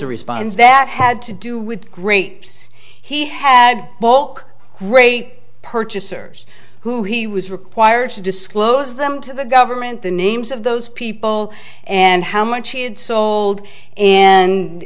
a response that had to do with great he had great purchasers who he was required to disclose them to the government the names of those people and how much he had sold and